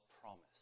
promise